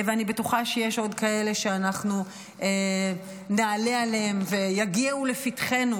אני בטוחה שיש עוד כאלה שאנחנו נעלה עליהם ויגיעו לפתחנו